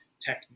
technique